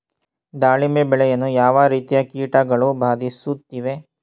ದಾಳಿಂಬೆ ಬೆಳೆಯನ್ನು ಯಾವ ರೀತಿಯ ಕೀಟಗಳು ಬಾಧಿಸುತ್ತಿವೆ?